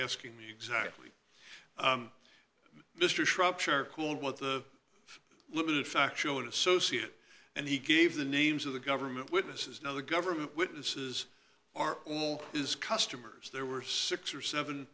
asking me exactly mr shropshire cool and what the limited factual and associated and he gave the names of the government witnesses now the government witnesses are all his customers there were six or seven